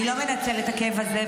אני לא מנצלת את הכאב הזה,